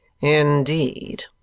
Indeed